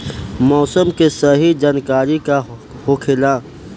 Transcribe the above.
मौसम के सही जानकारी का होखेला?